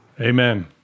Amen